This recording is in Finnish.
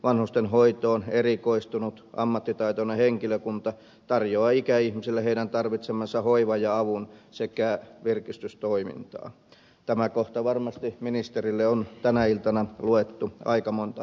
vanhustenhoitoon erikoistunut ammattitaitoinen henkilökunta tarjoaa ikäihmisille heidän tarvitsemansa hoivan ja avun sekä virkistystoimintaa tämä kohta varmasti ministerille on tänä iltana luettu aika monta kertaa